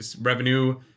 revenue